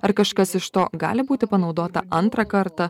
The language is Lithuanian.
ar kažkas iš to gali būti panaudota antrą kartą